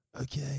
Okay